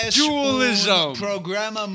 dualism